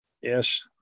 Yes